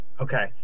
Okay